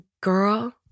girl